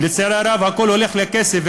ולצערי הרב הכול הולך לכסף.